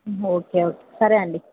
okay okay సరే అండి